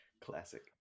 Classic